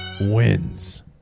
wins